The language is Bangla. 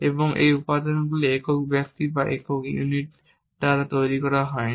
এবং এই উপাদানগুলিও একক ব্যক্তি বা একক ইউনিট দ্বারা তৈরি করা হয়নি